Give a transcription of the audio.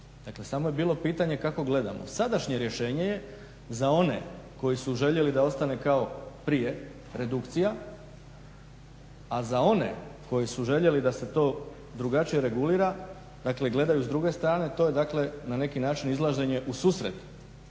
samo je bilo pitanje kako gledamo. Sadašnje rješenje je za one koji su željeli da ostane kao prije redukcija, a za one koji su željeli da se to drugačije regulira, dakle gledaju s druge strane to je dakle na neki način izlaženje u susret